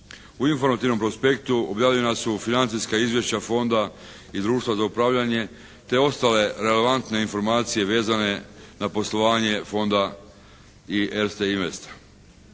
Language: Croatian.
U informativnome prospektu objavljena su financijska izvješća fonda i društva za upravljanje te ostale relevantne informacije vezane za poslovanje fonda i "Erste